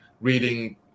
reading